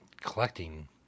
collecting